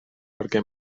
perquè